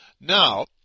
Now